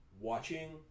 watching